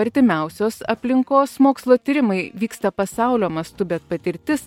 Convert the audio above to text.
artimiausios aplinkos mokslo tyrimai vyksta pasaulio mastu bet patirtis